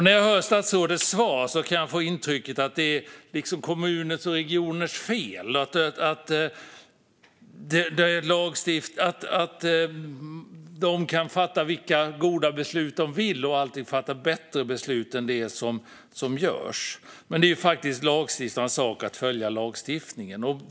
När jag hör statsrådets svar kan jag få intrycket att detta är kommuners och regioners fel och att de kan fatta vilka goda beslut de vill och alltid fatta bättre beslut än vad som görs. Men det är faktiskt lagstiftarens sak att följa lagstiftningen.